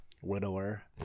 Widower